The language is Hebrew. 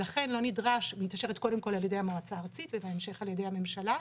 היא נדרשת קודם כל על ידי המועצה הארצית ובהמשך על ידי הממשלה,